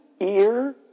ear